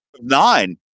nine